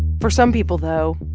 for some people, though,